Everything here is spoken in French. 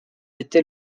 été